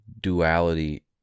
duality